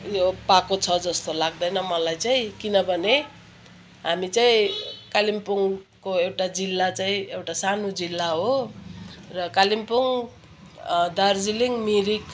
उयो पाएको छ जस्तो लाग्दैन मलाई चाहिँ किनभने हामी चाहिँ कालिम्पोङको एउटा जिल्ला चाहिँ एउटा सानो जिल्ला हो र कालिम्पोङ दार्जिलिङ मिरिक